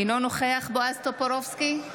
אינו נוכח בועז טופורובסקי,